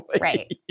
right